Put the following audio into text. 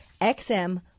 XM